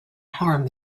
harm